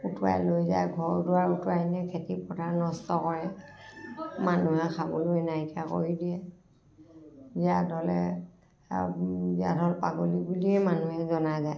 উটুৱাই লৈ যায় ঘৰ দুৱাৰ উটুৱাই নিয়ে খেতি পথাৰ নষ্ট কৰে মানুহে খাবলৈ নাইকিয়া কৰি দিয়ে জীয়া ঢলে জীয়া ঢল পাগলী বুলিয়ে মানুহে জনা যায়